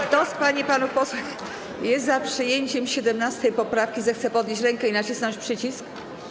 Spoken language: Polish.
Kto z pań i panów posłów jest za przyjęciem 17. poprawki, zechce podnieść rękę i nacisnąć przycisk.